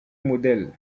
modèle